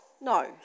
No